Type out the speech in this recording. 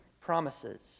promises